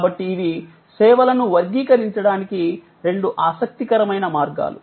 కాబట్టి ఇవి సేవలను వర్గీకరించడానికి రెండు ఆసక్తికరమైన మార్గాలు